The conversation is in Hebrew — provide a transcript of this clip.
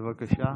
בבקשה.